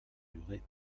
duré